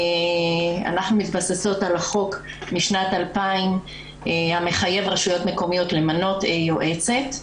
אנחנו מתבססות על החוק משנת 2000 המחייב רשויות מקומיות למנות יועצת,